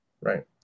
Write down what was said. right